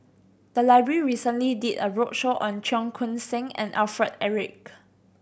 the library recently did a roadshow on Cheong Koon Seng and Alfred Eric